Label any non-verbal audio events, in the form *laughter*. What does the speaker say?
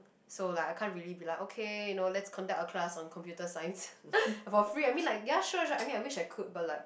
so like I can't really be like okay you know let's conduct a class on computer science *noise* for free ya I mean sure sure I wish I could but like